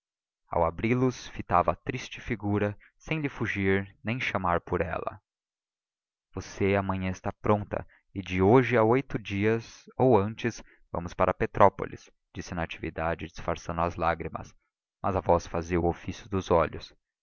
ao abri los fitava a triste figura sem lhe fugir nem chamar por ela você amanhã está pronta e de hoje a oito dias ou antes vamos para petrópolis disse natividade disfarçando as lágrimas mas a voz fazia o ofício dos olhos